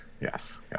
Yes